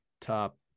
top